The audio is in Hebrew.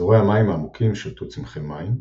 באזורי המים העמוקים שלטו צמחי מים,